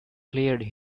cleared